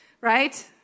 right